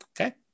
Okay